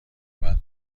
بعد